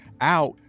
out